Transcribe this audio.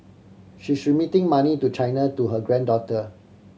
she remitting money to China to her granddaughter